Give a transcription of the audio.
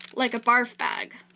like a barf bag.